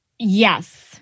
yes